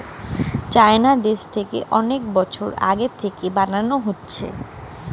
চাইনা দ্যাশ থাকে মেলা বছর আগে থাকে বানানো হতিছে